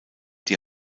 die